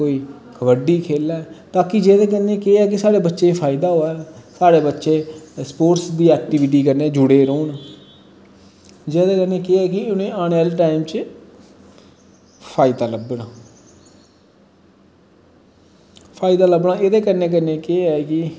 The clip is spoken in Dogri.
कोई कबडी खेलै ताकि जेह्दे कन्नै केह् ऐ कि बच्चें गी फायदा होऐ साढ़े बच्चे स्पोर्टस बी ऐक्टिविटी कन्नै जुड़े दे रौह्न जेह्दे कन्ने केह् ऐ कि औने आह्ॅले टाईम फायदा लब्भन एह्दे कन्नै कन्नै केह् ऐ कि